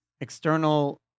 external